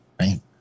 Right